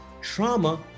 trauma